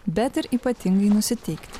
bet ir ypatingai nusiteikti